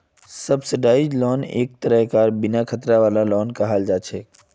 subsidised loan एक तरहेर बिन खतरा वाला लोन कहल जा छे